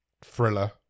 thriller